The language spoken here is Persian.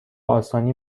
آسانی